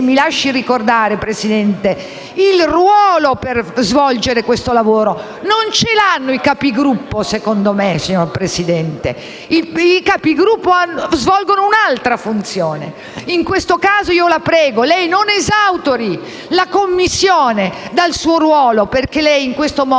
lo lasci ricordare, signor Presidente - il ruolo per svolgere questo lavoro. Non ce l'hanno i Capigruppo, secondo me, signor Presidente; i Capigruppo svolgono un'altra funzione. In questo caso, la prego di non esautorare la Commissione dal suo ruolo, perché lei in questo modo